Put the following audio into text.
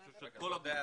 אני חושב של כל הגופים,